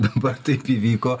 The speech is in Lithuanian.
dabar taip įvyko